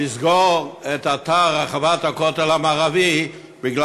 לסגור את אתר רחבת הכותל המערבי בגלל